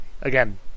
again